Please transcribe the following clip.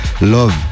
Love